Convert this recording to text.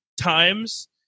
times